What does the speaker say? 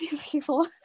people